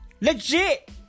Legit